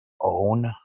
own